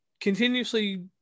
continuously